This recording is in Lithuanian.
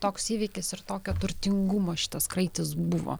toks įvykis ir tokio turtingumo šitas kraitis buvo